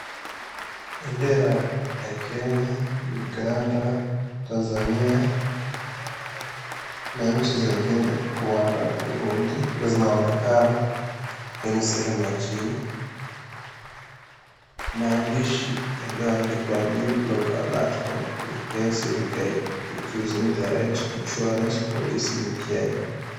Bendera ya Kenya, Uganda, Tanzania na nchi zengine Rwanda, Burundi zinaonekana kwenye sehemu ya chini. Maandishi yaliyoandikwa, "New Blog Alert Comprehensive Guide to Choosing Their Right Insurance Policy in Kenya".